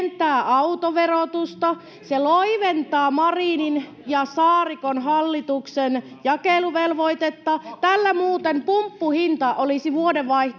Se loiventaa Marinin ja Saarikon hallituksen jakeluvelvoitetta. Muuten pumppuhinta olisi vuodenvaihteen